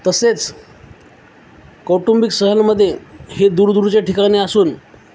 तसेच कौटुंबिक सहलमध्ये हे दूरदूरच्या ठिकाणे असून